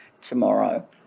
tomorrow